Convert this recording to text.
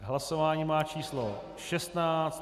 Hlasování má číslo 16.